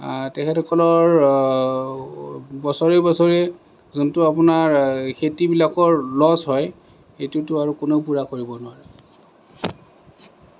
তেখেতসকলৰ বছৰি বছৰি যোনটো আপোনাৰ খেতিবিলাকৰ ল'ছ হয় সেইটোতো আৰু কোনেও পূৰা কৰিব নোৱাৰে